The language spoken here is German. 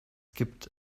gibt